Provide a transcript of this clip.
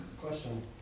Question